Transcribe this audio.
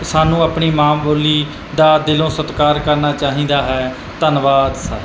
ਸਾਨੂੰ ਆਪਣੀ ਮਾਂ ਬੋਲੀ ਦਾ ਦਿਲੋਂ ਸਤਿਕਾਰ ਕਰਨਾ ਚਾਹੀਦਾ ਹੈ ਧੰਨਵਾਦ ਸਾਹਿਬ ਜੀ